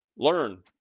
Learn